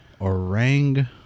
orang